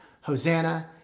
Hosanna